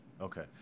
Okay